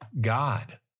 God